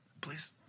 please